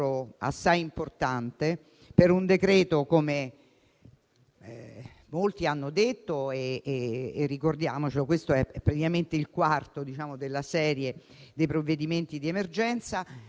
È stato un intervento importante che, come i relatori sanno, è stato centrale anche nella ripartizione delle risorse. A questo si aggiunge